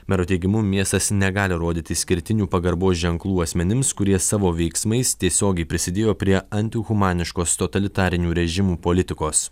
mero teigimu miestas negali rodyti išskirtinių pagarbos ženklų asmenims kurie savo veiksmais tiesiogiai prisidėjo prie antihumaniškos totalitarinių režimų politikos